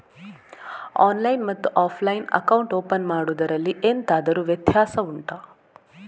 online ಮತ್ತು offline ನಲ್ಲಿ account open ಮಾಡುವುದರಲ್ಲಿ ಎಂತಾದರು ವ್ಯತ್ಯಾಸ ಉಂಟಾ